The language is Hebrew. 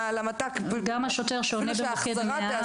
למת"ק --- גם השוטרים שיושבים מוקד 100,